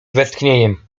westchnieniem